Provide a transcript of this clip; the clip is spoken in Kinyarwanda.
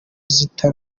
zita